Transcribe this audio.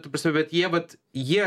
ta prasme vat jie vat jie